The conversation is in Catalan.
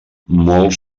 molt